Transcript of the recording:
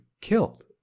killed